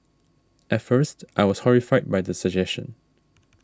at first I was horrified by the suggestion